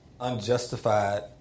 unjustified